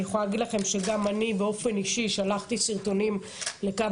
אני יכולה להגיד לכם שגם אני באופן אישי שלחתי סרטונים לכמה